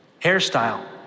Hairstyle